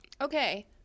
okay